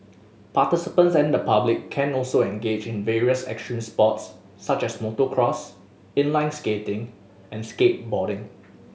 participants and the public can also engage in various extreme sports such as motocross inline skating and skateboarding